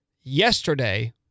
yesterday